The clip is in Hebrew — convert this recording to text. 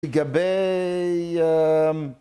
לגבי...